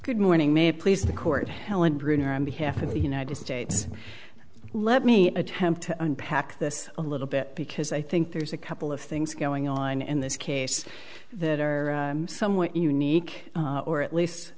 good morning may it please the court helen bruner on behalf of the united states let me attempt to unpack this a little bit because i think there's a couple of things going on in this case that are somewhat unique or at least